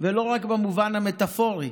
ולא רק במובן המטפורי,